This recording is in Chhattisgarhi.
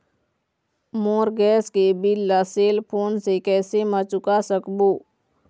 मोर गैस के बिल ला सेल फोन से कैसे म चुका सकबो?